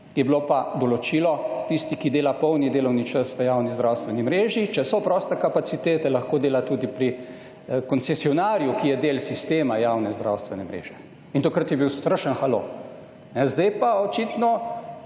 je bilo pa določilo, tisti, ki dela polni delovni čas v javni zdravstveni mreži, če so proste kapacitete, lahko dela tudi pri koncesionarju, ki je del sistema javne zdravstvene mreže in takrat je bil strašen halo. Zdaj pa, očitno,